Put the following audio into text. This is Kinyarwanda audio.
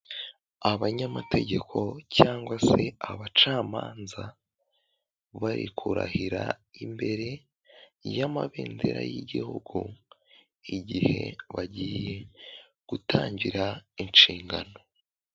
Abanyamategeko cyangwa se abacamanza, bari kurahira imbere y'amabendera y'igihugu, igihe bagiye gutangira inshingano.